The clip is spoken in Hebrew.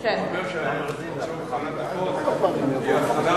אתה אומר שלצורך הכנת החוק תהיה הבחנה